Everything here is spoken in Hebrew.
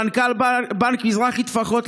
מנכ"ל בנק מזרחי-טפחות,